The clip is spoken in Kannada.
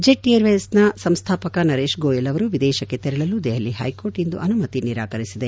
ಜೆಟ್ ಏರ್ವೇಸ್ನ ಸಂಸ್ಥಾಪಕ ನರೇಶ್ ಗೋಯಲ್ ಅವರು ವಿದೇಶಕ್ಕೆ ತೆರಳಲು ದೆಹಲಿ ಹೈಕೋರ್ಟ್ ಇಂದು ಅನುಮತಿಯನ್ನು ನಿರಾಕರಿಸಿದೆ